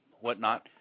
whatnot